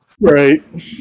Right